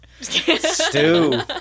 Stew